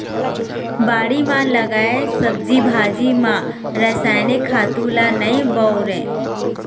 बाड़ी म लगाए सब्जी भाजी म रसायनिक खातू ल नइ बउरय